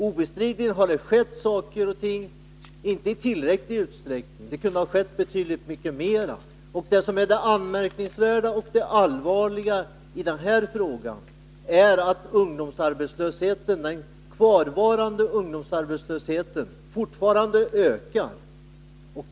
Obestridligen har det skett saker och ting, men inte i tillräcklig utsträckning — det kunde ha skett betydligt mycket mer. Det som är det anmärkningsvärda och allvarliga i den här frågan är att ungdomsarbetslösheten fortfarande ökar.